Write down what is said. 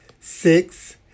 Six